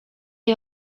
est